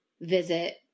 visit